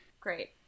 Great